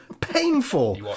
painful